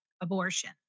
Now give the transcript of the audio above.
abortion